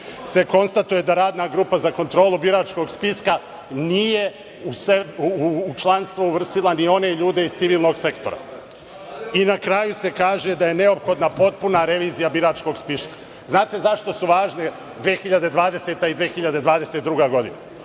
se konstatuje da radna grupa za kontrolu biračkog spiska nije u članstvo uvrstila ni one ljude iz civilnog sektora. Na kraju se kaže da je neophodna potpuna revizija biračkog spiska. Znate zašto su važne 2020. i 2022. godina?